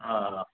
ಹಾಂ